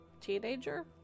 teenager